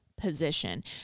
position